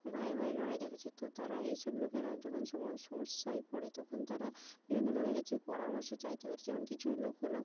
ভাইয়ে ভাইয়ে লড়াই দেখাচ্ছে তো তারা এই সব লোকেরা যখন সমস্যায় পড়ে তখন তারা বিভিন্ন লোকের কাছে পরামর্শ চাইতে পারে যেমন কিছু লোক হলো